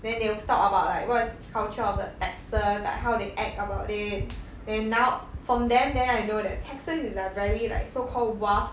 then they will talk about like what is culture of the texas like how they act about it then now from them then I know that texas is like a very like so called rough